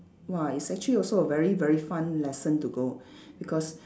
!wah! it's actually also a very very fun lesson to go because